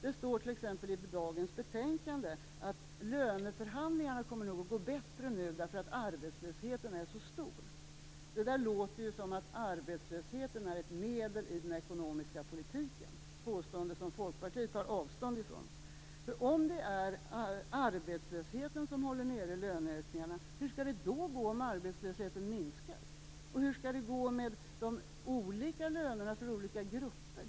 Det står t.ex. i dagens betänkande att löneförhandlingarna nog kommer att gå bättre nu, eftersom arbetslösheten är så stor. Det låter som att arbetslösheten är ett medel i den ekonomiska politiken. Det är påståenden som Folkpartiet tar avstånd från. Om det är arbetslösheten som håller nere löneökningarna, hur skall det då gå om arbetslösheten minskar? Och hur skall det gå med lönerna för olika grupper?